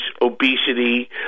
obesity